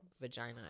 vagina